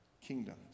kingdom